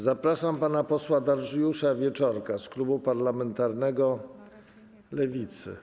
Zapraszam pana posła Dariusza Wieczorka z klubu parlamentarnego Lewicy.